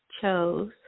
chose